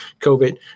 COVID